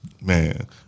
Man